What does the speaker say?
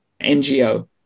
NGO